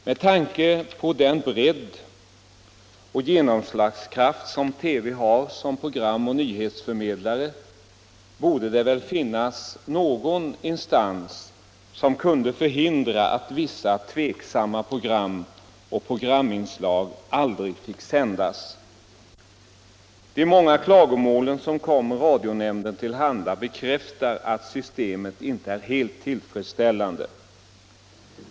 Med tanke på den bredd och genomslagskraft som TV har som programoch nyhetsförmedlare borde det väl finnas någon instans som kunde förhindra att vissa tveksamma program och programinslag någonsin fick sändas. De många klagomål som kommer radionämnden till handa bekräftar att systemet inte är helt tillfredsställande.